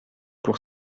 pour